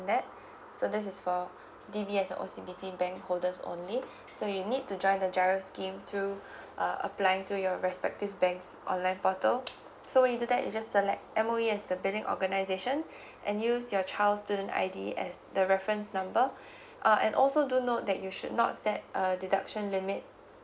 that so this is for D_B_S or O_C_B_C bank holders only so you need to join the G_I_R_O scheme through uh applying through your respective banks online portal so when do that you just select M_O_E as the billing organisation and use your child's student I_D as the reference number uh and also do note that you should not set a deduction limit